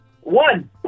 One